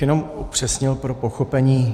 Jenom bych upřesnil pro pochopení.